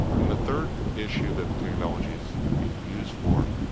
and the third issue that technology is being used for,